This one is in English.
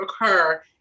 occur